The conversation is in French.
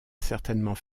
certainement